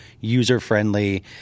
user-friendly